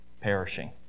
perishing